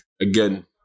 again